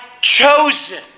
chosen